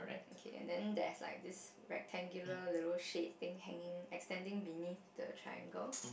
okay and then there's like this rectangular little shape thing hanging extending beneath the triangle